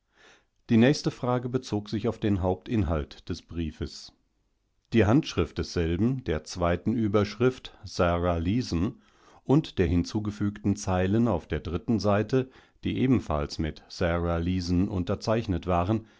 die nächste frage bezog sich auf den hauptinhalt des briefes die handschrift desselben derzweitenüberschriftsaraleesonundderhinzugefügtenzeilenauf der dritten seite die ebenfalls mit sara leeson unterzeichnet waren